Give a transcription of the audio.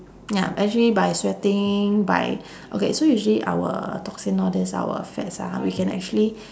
ya actually by sweating by okay so usually our toxin all this our fats ah we can actually